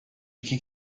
iki